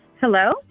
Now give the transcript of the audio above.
Hello